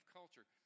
culture